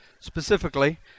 specifically